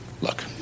Look